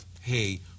Hey